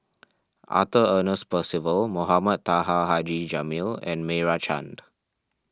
Arthur Ernest Percival Mohamed Taha Haji Jamil and Meira Chand